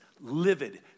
livid